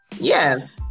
Yes